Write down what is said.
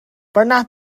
pernah